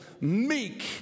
meek